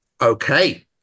Okay